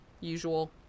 usual